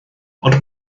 ond